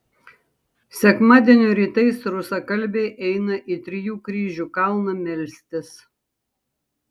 sekmadienio rytais rusakalbiai eina į trijų kryžių kalną melstis